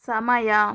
ಸಮಯ